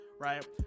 right